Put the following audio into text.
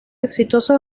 exitosos